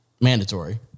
mandatory